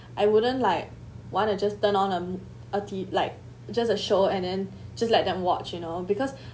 I wouldn't like one or just turn on um a t~ like just a show and then just let them watch you know because